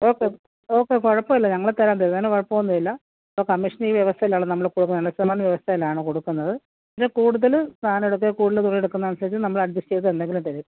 okay okay കുഴപ്പം ഇല്ല ഞങ്ങൾ തരാം തരുന്നതിന് കുഴപ്പം ഒന്നും ഇല്ല അപ്പോൾ കമ്മീഷൻ ഈ വ്യവസ്ഥയിലാണ് നമ്മൾ ഇപ്പോൾ രണ്ട് ശതമാനം വ്യവസ്ഥയിലാണ് കൊടുക്കുന്നത് പിന്നെ കൂടുതൽ സാധനം എടുത്ത് കൂടുതൽ തുണി എടുക്കുന്നതനുസരിച്ച് നമ്മൾ അഡ്ജസ്റ്റ് ചെയ്ത് എന്തെങ്കിലും തരും